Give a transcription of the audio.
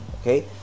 okay